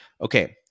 Okay